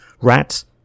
rats